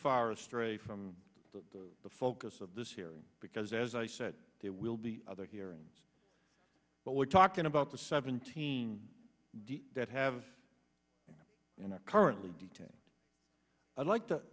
far astray from the focus of this hearing because as i said there will be other hearings but we're talking about the seventeen that have and are currently detained i'd like to